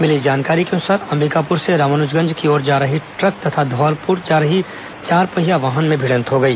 मिली जानकारी के अनुसार अंबिकापुर से रामानुजगंज की ओर आ रही ट्रक तथा धौरपुर जा रही चारपहिया वाहन में भिड़ंत हो गई